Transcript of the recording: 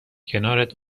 کنارت